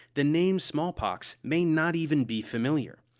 the name smallpox may not even be familiar.